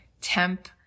temp-